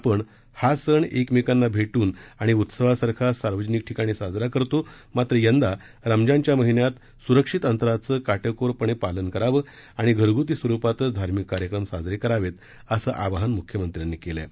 आपण हा सण एकमेकांना भेटून आणि उत्सवासारखा सार्वजनिक ठिकाणी साजरा करतो मात्र यंदा रमजानच्या महिन्यात सुरक्षित अंतराचे काटेकोरपणे पालन करावं आणि घरगुती स्वरूपातच धार्मिक कार्यक्रम साजरे करावेत असं आवाहन मुख्यमंत्र्यांनी केलं आहे